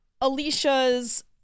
Alicia's